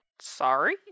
Sorry